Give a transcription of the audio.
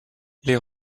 les